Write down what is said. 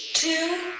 Two